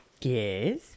Yes